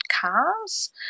cars